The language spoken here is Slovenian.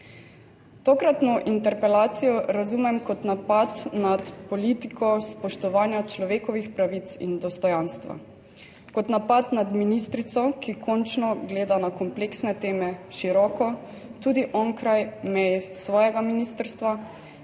Tokratno interpelacijo razumem kot napad na politiko spoštovanja človekovih pravic in dostojanstva, kot napad na ministrico, ki končno gleda na kompleksne teme široko, tudi onkraj mej svojega ministrstva,